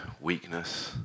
weakness